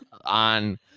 on